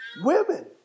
Women